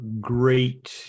great